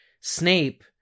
Snape